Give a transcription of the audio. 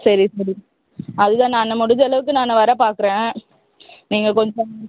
சரி சரி அதுதான் நான் முடிஞ்சளவுக்கு நான் வர பார்க்குறேன் நீங்கள் கொஞ்சம்